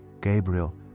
Gabriel